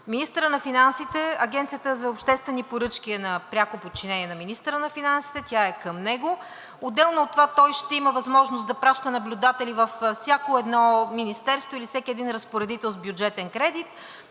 министъра на финансите. Агенцията за обществени поръчки е на пряко подчинение на министъра на финансите, тя е към него, отделно от това той ще има възможност да праща наблюдатели във всяко едно министерство или всеки един разпоредител с бюджетен кредит.